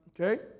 Okay